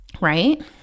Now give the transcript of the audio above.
right